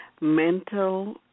mental